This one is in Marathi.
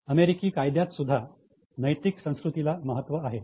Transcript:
अमेरिकी कायद्यात सुद्धा नैतिक संस्कृतीला महत्त्व आहे